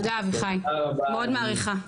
תודה אביחי, מאוד עריכה.